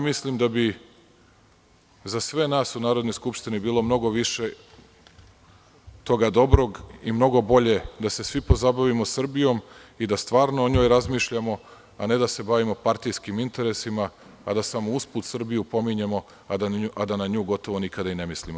Mislim da bi za sve nas u Narodnoj skupštini bilo mnogo više toga dobrog i mnogo bolje da se svi pozabavimo Srbijom i da stvarno o njoj razmišljamo, a ne da se bavimo partijskim interesima, pa da samo usput Srbiju pominjemo, a da na nju gotovo nikada i ne mislimo.